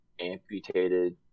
amputated